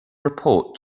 report